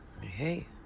hey